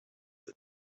that